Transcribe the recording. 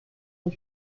les